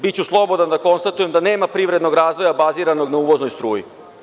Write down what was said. Biću slobodan da konstatujem da nema privrednog razvoja baziranog na uvoznoj struji.